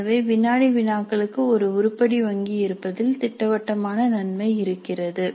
எனவே வினாடி வினாக்களுக்கு ஒரு உருப்படி வங்கி இருப்பதில் திட்டவட்டமான நன்மை இருக்கிறது